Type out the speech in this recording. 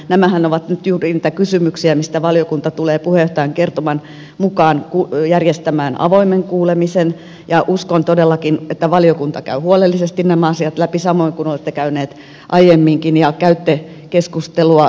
nämähän ovat nyt juuri niitä kysymyksiä mistä valiokunta tulee puheenjohtajan kertoman mukaan järjestämään avoimen kuulemisen ja uskon todellakin että valiokunta käy huolellisesti nämä asiat läpi samoin kuin olette käyneet aiemminkin ja käytte keskustelua